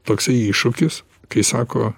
toksai iššūkis kai sako